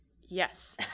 Yes